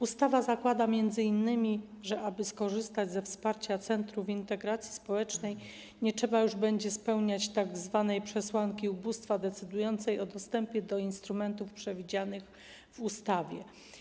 Ustawa zakłada, że aby skorzystać ze wsparcia centrów integracji społecznej, nie trzeba już będzie spełniać tzw. przesłanki ubóstwa decydującej o dostępie do instrumentów przewidzianych w ustawie.